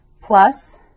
plus